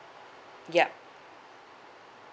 yup